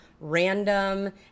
random